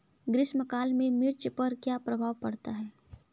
ग्रीष्म काल में मिर्च पर क्या प्रभाव पड़ता है?